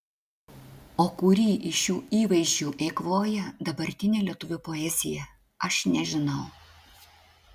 o kurį iš šių įvaizdžių eikvoja dabartinė lietuvių poezija aš nežinau